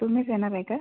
तुम्हीच येणाराय का